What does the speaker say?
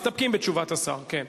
מסתפקים בתשובת השר, כן.